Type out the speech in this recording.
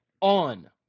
on